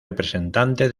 representante